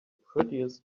prettiest